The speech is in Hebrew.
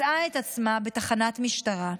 מצאה את עצמה בתחנת משטרה,